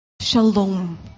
shalom